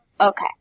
okay